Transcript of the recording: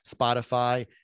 Spotify